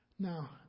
Now